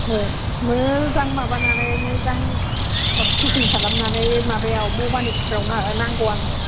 औ मोजां माबानानै मोजां पेकिं खालामनानै माबायाव भबानिफुराव नांगौ आंनो